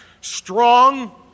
strong